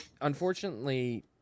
unfortunately